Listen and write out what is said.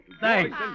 Thanks